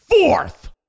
Fourth